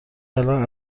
الان